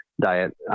diet